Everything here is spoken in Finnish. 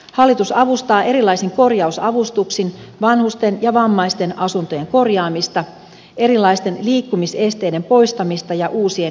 hallitus avustaa erilaisin korjausavustuksin vanhusten ja vammaisten asuntojen korjaamista erilaisten liikkumisesteiden poistamista ja uusien hissien rakentamista